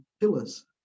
pillars